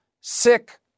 sick